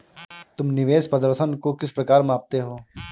तुम निवेश प्रदर्शन को किस प्रकार मापते हो?